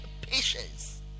patience